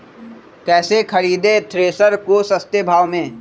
कैसे खरीदे थ्रेसर को सस्ते भाव में?